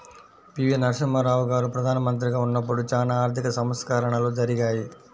పి.వి.నరసింహారావు గారు ప్రదానమంత్రిగా ఉన్నపుడు చానా ఆర్థిక సంస్కరణలు జరిగాయి